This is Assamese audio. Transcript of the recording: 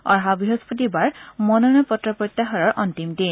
অহা বৃহস্পতিবাৰ মনোনয়ন পত্ৰ প্ৰত্যাহাৰৰ অন্তিম দিন